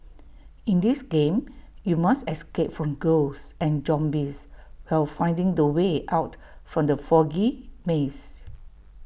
in this game you must escape from ghosts and zombies while finding the way out from the foggy maze